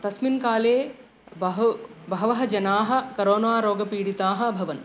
तस्मिन् काले बहवः बहवः जनाः करोना रोगपीडिताः अभवन्